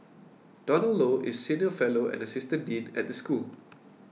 Donald Low is senior fellow and assistant dean at the school